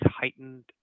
heightened